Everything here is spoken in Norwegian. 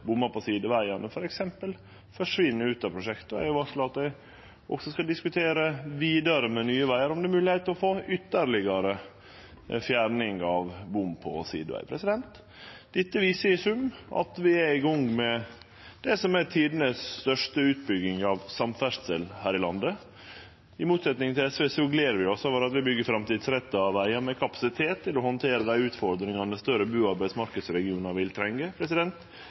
bommar på sidevegane forsvinn ut av prosjektet, og eg har varsla at eg også skal diskutere vidare med Nye Vegar om det er mogleg å få ytterlegare fjerning av bom på sideveg. Dette viser i sum at vi er i gang med tidenes største utbygging av samferdsel her i landet. I motsetning til SV gler vi oss over at vi byggjer framtidsretta vegar med kapasiteten ein vil trenge til å handtere utfordringane knytte til større bu- og arbeidsmarknadsregionar.